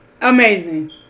Amazing